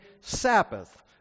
Sabbath